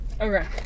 Okay